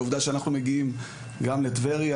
על העובדה שאנחנו מגיעים גם לטבריה